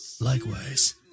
Likewise